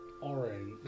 orange